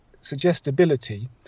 suggestibility